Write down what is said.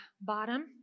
bottom